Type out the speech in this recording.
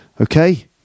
okay